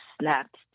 snapped